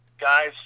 Guys